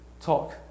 talk